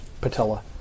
patella